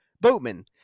Boatman